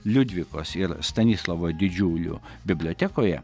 liudvikos ir stanislovo didžiulių bibliotekoje